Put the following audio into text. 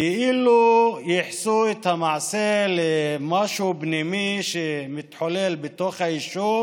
כאילו ייחסו את המעשה למשהו פנימי שמתחולל בתוך היישוב